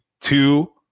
two